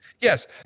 Yes